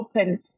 open